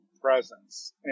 presence